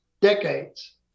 decades